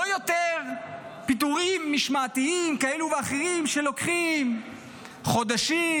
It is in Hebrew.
לא יותר פיטורים משמעתיים כאלה ואחרים שלוקחים חודשים,